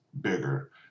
bigger